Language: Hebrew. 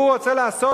הוא רוצה לעשות,